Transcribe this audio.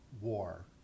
war